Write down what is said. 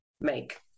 make